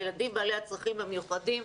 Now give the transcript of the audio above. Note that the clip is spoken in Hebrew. הילדים בעלי הצרכים המיוחדים,